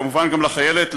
כמובן גם לחיילת,